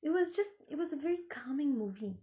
it was just it was a very calming movie